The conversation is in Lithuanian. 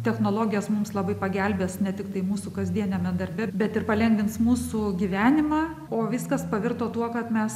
technologijas mums labai pagelbės ne tiktai mūsų kasdieniame darbe bet ir palengvins mūsų gyvenimą o viskas pavirto tuo kad mes